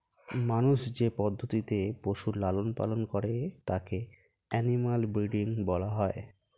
মানুষ যে পদ্ধতিতে পশুর লালন পালন করে তাকে অ্যানিমাল ব্রীডিং বলা হয়